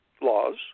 laws